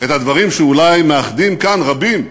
את הדברים שאולי מאחדים כאן רבים,